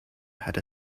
had